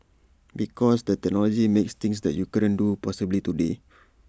because the technology makes things that you couldn't do possible today